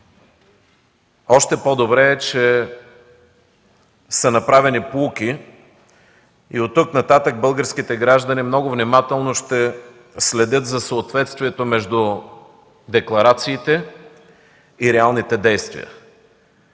Още по-добре е, че са направени поуки и оттук нататък българските граждани много внимателно ще следят за съответствието между декларациите и реалните действия.